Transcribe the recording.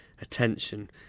attention